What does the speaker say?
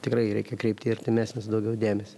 tikrai reikia kreipti artimesnius daugiau dėmesio